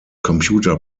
computer